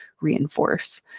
reinforce